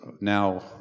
now